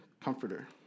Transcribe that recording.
Comforter